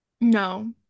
No